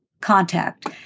contact